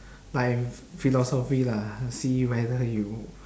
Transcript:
like philosophy lah see whether you